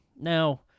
now